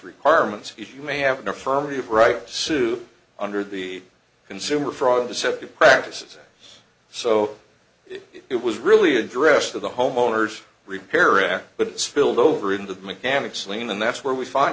requirements you may have an affirmative right to sue under the consumer fraud deceptive practices so it was really addressed to the homeowners repairing but it spilled over into the mechanic's lien and that's where we find